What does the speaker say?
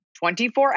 24